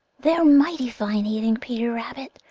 they're mighty fine eating, peter rabbit,